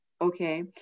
okay